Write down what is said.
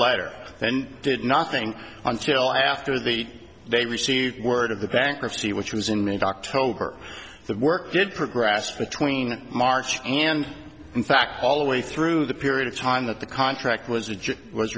letter and did nothing until after the they received word of the bankruptcy which was in may to october the work good progress between march and in fact all the way through the period of time that the contract was it was